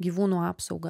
gyvūnų apsaugą